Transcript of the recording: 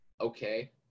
okay